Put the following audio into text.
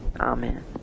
Amen